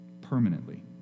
permanently